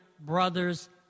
brothers